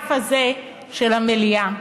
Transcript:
מהאגף הזה של המליאה.